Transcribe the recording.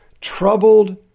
troubled